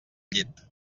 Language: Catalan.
llit